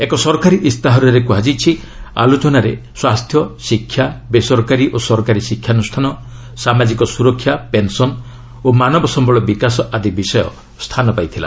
ଏକ ସରକାରୀ ଇସ୍ତାହାରରେ କୃହାଯାଇଛି ଆଲୋଚନାରେ ସ୍ୱାସ୍ଥ୍ୟ ଶିକ୍ଷା ବେସରକାରୀ ଓ ସରକାରୀ ଶିକ୍ଷାନୁଷ୍ଠାନ ସାମାଜିକ ସୁରକ୍ଷା ପେନ୍ସନ୍ ଓ ମାନବସମ୍ଭଳ ବିକାଶ ଆଦି ସ୍ଥାନ ପାଇଥିଲା